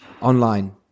online